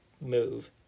move